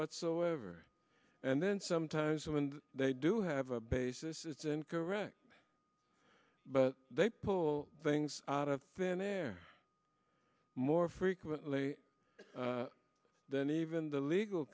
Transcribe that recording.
whatsoever and then sometimes when they do have a basis it's incorrect but they pull things out of thin air more frequently than even the legal